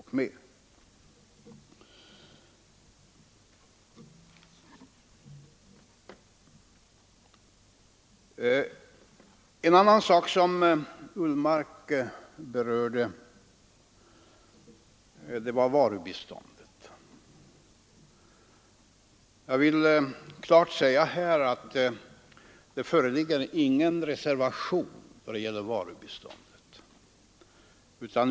Herr Ullsten berörde även varubiståndet. Jag vill klart säga att det inte föreligger någon reservation när det gäller varubiståndet.